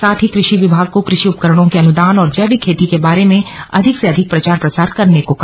साथ ही कृषि विभाग को कृषि उपकरणों के अनुदान और जैविक खेती के बारे में अधिक से अधिक प्रचार प्रसार करने को कहा